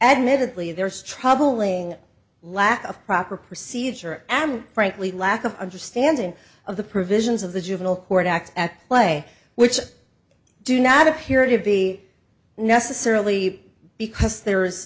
admittedly there is troubling lack of proper procedure am frankly lack of understanding of the provisions of the juvenile court act at play which do not appear to be necessarily because there